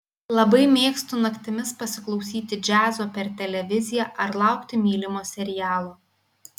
labai mėgstu naktimis pasiklausyti džiazo per televiziją ar laukti mylimo serialo